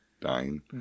dying